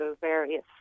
various